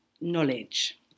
knowledge